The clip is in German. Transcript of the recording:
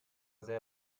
sehr